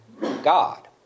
God